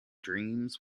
dreams